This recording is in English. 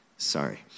sorry